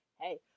hey